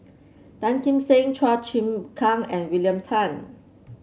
Tan Kim Seng Chua Chim Kang and William Tan